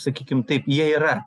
sakykim taip jie yra